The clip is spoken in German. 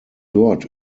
dort